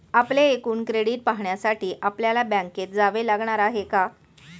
आपले एकूण क्रेडिट पाहण्यासाठी आपल्याला बँकेत जावे लागणार आहे का?